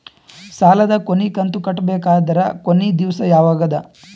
ಸಾಲದ ಕೊನಿ ಕಂತು ಕಟ್ಟಬೇಕಾದರ ಕೊನಿ ದಿವಸ ಯಾವಗದ?